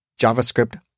JavaScript